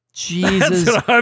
Jesus